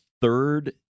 third